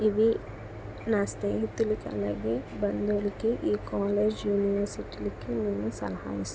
ఇవి నా స్నేహితులకి అలాగే బంధువులకి ఈ కాలేజ్ యూనివర్సిటీలకి నేను సలహా ఇస్తున్నా